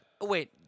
Wait